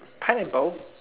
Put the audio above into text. pineapple